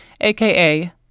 aka